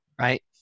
Right